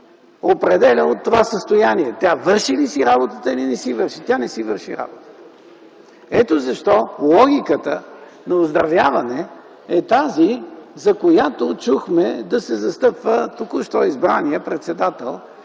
определя от това състояние – тя върши ли си работата, или не си я върши. Тя не си върши работата. Ето защо логиката на оздравяване е тази, която чухме да се застъпва от току-що избрания нов председател